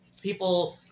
people